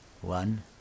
One